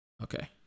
Okay